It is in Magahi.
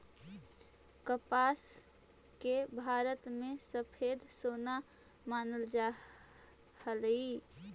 कपास के भारत में सफेद सोना मानल जा हलई